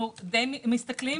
אנחנו מסתכלים.